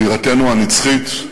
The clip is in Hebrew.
בירתנו הנצחית,